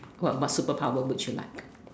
what what superpower would you like